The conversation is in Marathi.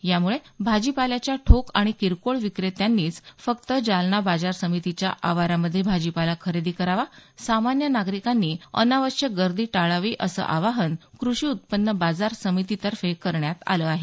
यामुळे भाजीपाल्याच्या ठोक आणि किरकोळ विक्रेत्यांनीच फक्त जालना बाजार समितीच्या आवारामध्ये भाजीपाला खरेदी करावा सामान्य नागरिकांनी अनावश्यक गर्दी टाळावी असं आवाहन कृषी उत्पन्न बाजार समितीतर्फे करण्यात आलं आहे